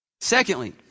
Secondly